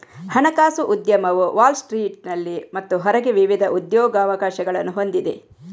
ಹಣಕಾಸು ಉದ್ಯಮವು ವಾಲ್ ಸ್ಟ್ರೀಟಿನಲ್ಲಿ ಮತ್ತು ಹೊರಗೆ ವಿವಿಧ ಉದ್ಯೋಗಾವಕಾಶಗಳನ್ನು ಹೊಂದಿದೆ